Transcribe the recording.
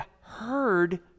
heard